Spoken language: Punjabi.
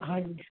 ਹਾਂਜੀ